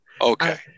Okay